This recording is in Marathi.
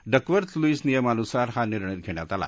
डकवर्थ लुईस नियमानुसार हा निर्णय घष्खात आला